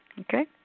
Okay